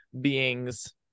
beings